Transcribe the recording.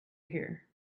here